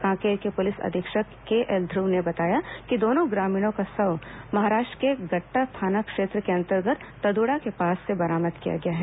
कांकेर के पुलिस अधीक्षक केएल ध्रुव ने बताया कि दोनों ग्रामीणों का शव महाराष्ट्र के गट्टा थाना क्षेत्र के अंतर्गत तदडा के पास से बरामद किया गया है